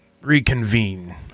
reconvene